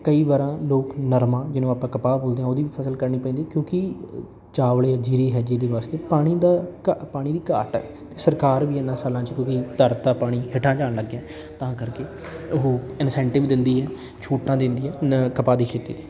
ਕਈ ਵਾਰ ਲੋਕ ਨਰਮਾ ਜਿਹਨੂੰ ਆਪਾਂ ਕਪਾਹ ਬੋਲਦੇ ਆ ਉਹਦੀ ਵੀ ਫਸਲ ਕੱਢਣੀ ਪੈਂਦੀ ਕਿਉਂਕਿ ਚਾਵਲ ਜੀਰੀ ਹੈ ਜਿਹਦੇ ਵਾਸਤੇ ਪਾਣੀ ਦਾ ਘਾ ਪਾਣੀ ਦੀ ਘਾਟ ਹੈ ਅਤੇ ਸਰਕਾਰ ਵੀ ਇਹਨਾਂ ਸਾਲਾਂ 'ਚ ਕਿਉਂਕਿ ਧਰਤੀ ਆ ਪਾਣੀ ਹੇਠਾਂ ਜਾਣ ਲੱਗ ਗਿਆ ਤਾਂ ਕਰਕੇ ਉਹ ਇਨਸੈਂਟਿਵ ਦਿੰਦੀ ਹੈ ਛੋਟਾ ਦਿੰਦੀ ਹੈ ਨ ਕਪਾਹ ਦੀ ਖੇਤੀ 'ਤੇ